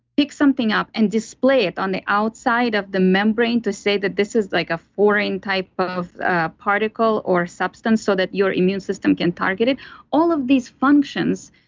pick something up and display it on the outside of the membrane to say that this is like a foreign type of a particle or substance so that your immune system can target it all of these functions,